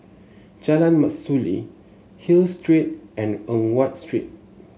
Jalan Mastuli Hill Street and Eng Watt Street